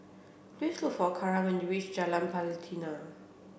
please look for Karan when you reach Jalan Pelatina